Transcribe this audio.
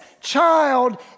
child